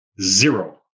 Zero